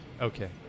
Okay